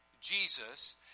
Jesus